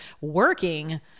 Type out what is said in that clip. working